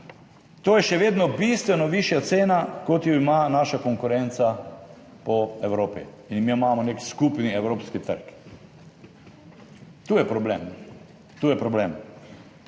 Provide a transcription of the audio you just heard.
To je še vedno bistveno višja cena, kot jo ima naša konkurenca po Evropi. In mi imamo nek skupni evropski trg. Tu je problem. V aktualni